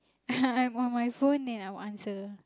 I'm on my phone then I will answer